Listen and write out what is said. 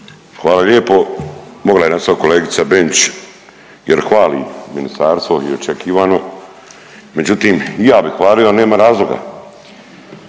Hvala lijepo. Mogla je nastavit kolegica Benčić jer hvali ministarstvo i očekivano, međutim i ja bi hvalio, ali nemam razloga